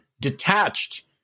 detached